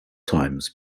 times